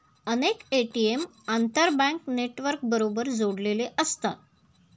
अनेक ए.टी.एम आंतरबँक नेटवर्कबरोबर जोडलेले असतात